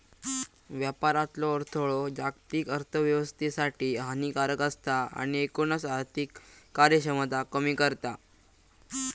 व्यापारातलो अडथळो जागतिक अर्थोव्यवस्थेसाठी हानिकारक असता आणि एकूणच आर्थिक कार्यक्षमता कमी करता